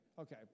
Okay